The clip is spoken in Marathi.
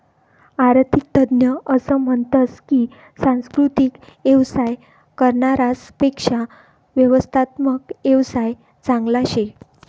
आरर्थिक तज्ञ असं म्हनतस की सांस्कृतिक येवसाय करनारास पेक्शा व्यवस्थात्मक येवसाय चांगला शे